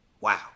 Wow